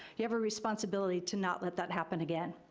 you have a responsibility to not let that happen again.